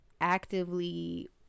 actively